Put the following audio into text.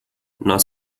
nós